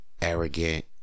arrogant